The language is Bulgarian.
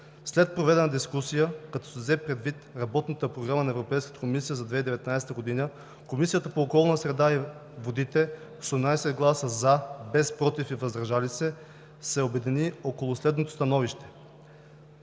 След проведената дискусия, като взе предвид Работната програма на Европейската комисия за 2019 г., Комисията по околната среда и водите с 18 гласа „за“, без „против“ и „въздържал се“ се обедини около следното становище: